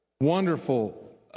Wonderful